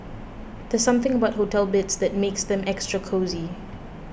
there's something about hotel beds that makes them extra cosy